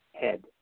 head